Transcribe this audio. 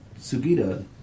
Sugita